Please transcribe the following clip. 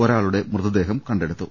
ഒരാളുടെ മൃത ദേഹം കണ്ടെടുത്തു